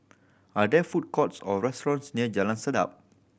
are there food courts or restaurants near Jalan Sedap